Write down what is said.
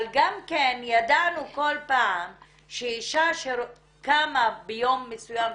אבל ידענו כל פעם שאישה שקמה ביום מסוים,